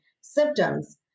symptoms